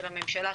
של הממשלה,